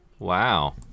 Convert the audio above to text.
Wow